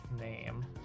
name